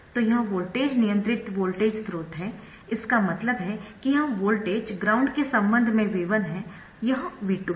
तो यह वोल्टेज नियंत्रित वोल्टेज स्रोत है इसका मतलब है कि यह वोल्टेज ग्राउंड के संबंध में V1 है यह V2 है